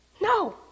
No